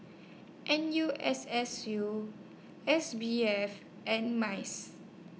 N U S S U S B F and Mice